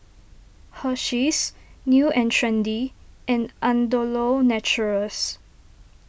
Hersheys New and Trendy and Andalou Naturals